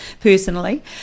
personally